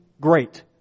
great